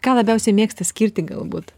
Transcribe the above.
ką labiausiai mėgsta skirti galbūt